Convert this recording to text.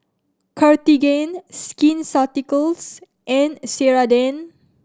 Cartigain Skin Ceuticals and Ceradan